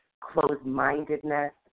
closed-mindedness